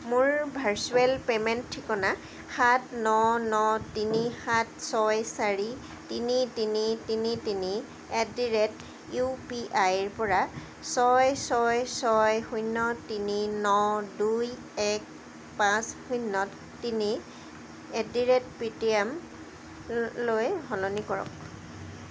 মোৰ virtual payment ঠিকনা সাত ন ন তিনি সাত ছয় চাৰি তিনি তিনি তিনি তিনি এটডিৰেট ইউপিআই ৰ পৰা ছয় ছয় ছয় শূন্য তিনি ন দুই এক পাঁচ শূন্য তিনি এটডিৰেট পেটিএমলৈ সলনি কৰক